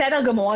בסדר גמור.